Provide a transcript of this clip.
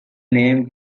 name